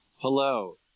Hello